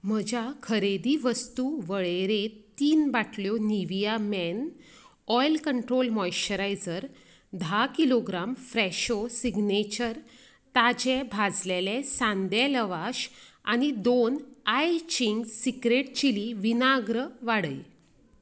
म्हज्या खरेदी वस्तू वळेरेंत तीन बाटल्यो Nivea men oil control moisturiser धा किलोग्राम फ्रॅशो सिग्नेचर ताजें भाजलेलें सादें लवाश आनी दोन आय चिंग्स सीक्रेट चिली विनाग्र वाडय